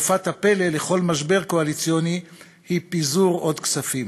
ותרופת הפלא לכל משבר קואליציוני היא פיזור עוד כספים.